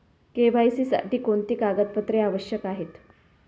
KYC साठी कोणती कागदपत्रे आवश्यक आहेत?